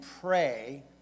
pray